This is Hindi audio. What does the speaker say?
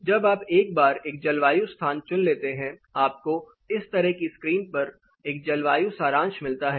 एक बार जब आप एक जलवायु स्थान चुन लेते हैं आपको इस तरह स्क्रीन पर एक जलवायु सारांश मिलता है